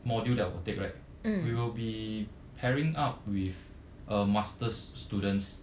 module that 我 take right we will be pairing up with a master's students